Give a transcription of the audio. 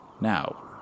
Now